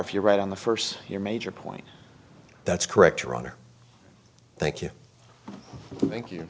if you're right on the first your major point that's correct your honor thank you thank you